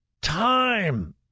time